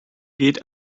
geht